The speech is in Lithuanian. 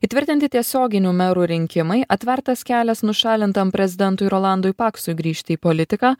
įtvirtinti tiesioginių merų rinkimai atvertas kelias nušalintam prezidentui rolandui paksui grįžti į politiką